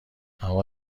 هوا